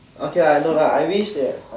okay ah I know lah I wish that